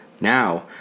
Now